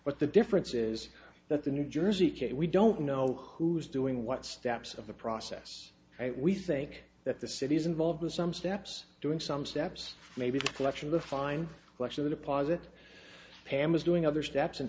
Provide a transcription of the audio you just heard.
but the difference is that the new jersey kid we don't know who's doing what steps of the process we think that the city's involved with some steps doing some steps maybe flushing the fine well actually deposit pam is doing other steps in